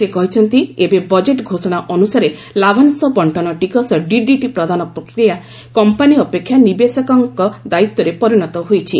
ସେ କହିଛନ୍ତି ଏବେ ବଜେଟ୍ ଘୋଷଣା ଅନୁସାରେ ଲାଭାଂଶ ବଣ୍ଟନ ଟିକସ ଡିଡିଟି ପ୍ରଦାନ ପ୍ରକ୍ରିୟା କମ୍ପାନୀ ଅପେକ୍ଷା ନିବେଶକଙ୍କ ଦାୟିତ୍ୱରେ ପରିଣତ ହୋଇଛି